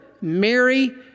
Mary